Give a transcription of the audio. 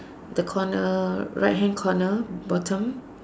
the corner right hand corner bottom